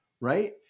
Right